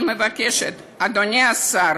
אני מבקשת, אדוני השר,